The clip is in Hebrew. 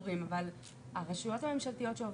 להגדרה הזאת אבל אם יהיה ישוב כזה,